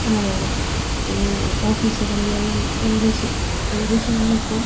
അങ്ങനെയാണ് ഈ ഓഫീസുകളിലെല്ലാം ഇംഗ്ലീഷ് ഇംഗ്ലിഷിനാണിപ്പോൾ